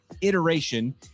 iteration